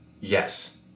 yes